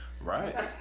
Right